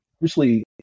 Firstly